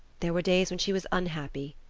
there were days when she was unhappy,